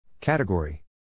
Category